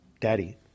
daddy